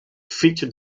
featured